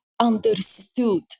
understood